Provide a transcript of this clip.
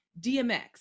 DMX